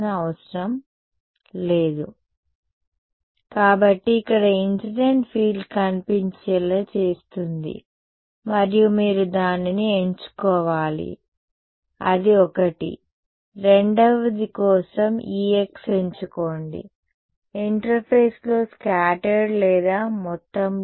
పదం కుడి వైపున ఉంటుంది ఇక్కడ నేను మార్పును ఎంచుకోవాలి కాబట్టి ఇక్కడ ఇన్సిడెంట్ ఫీల్డ్ కనిపించేలా చేస్తుంది మరియు మీరు దానిని ఎంచుకోవాలి అది ఒకటి రెండవదికోసం Ex ఎంచుకోండి ఇంటర్ఫేస్లో స్కాటర్డ్ లేదా మొత్తంలో